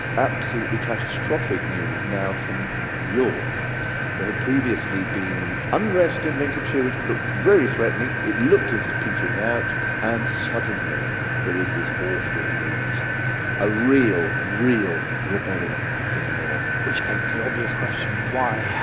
absolutely catastrophic news, now from york that had previously been unrest in lincolnshire which would look very threatening it looked at as petering out and suddenly there is this awful news a real, real, rebellion from the north which begs the obvious question why?